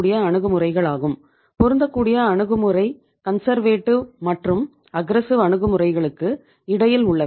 இந்த அணுகுமுறைகள் கன்சர்வேட்டிவ் அணுகுமுறைகளுக்கு இடையில் உள்ளவை